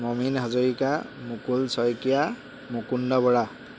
Momin Hazarika Mukul Saikia Mukunda Bora